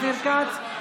אופיר כץ,